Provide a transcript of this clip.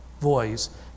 voice